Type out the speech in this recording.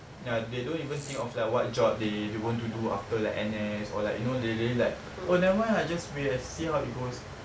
ya they don't even think of like what job they want to do after like N_S or like you know they they like oh nevermind lah just we uh see how it goes